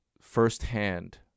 firsthand